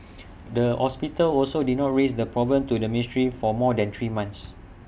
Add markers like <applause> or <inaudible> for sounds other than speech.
<noise> the hospital also did not raise the problem to the ministry for more than three months